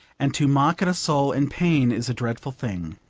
and to mock at a soul in pain is a dreadful thing.